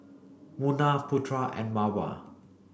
Munah Putra and Mawar